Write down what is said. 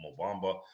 Mobamba